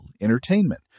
entertainment